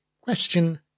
Question